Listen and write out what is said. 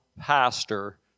pastor